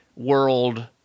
world